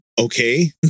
Okay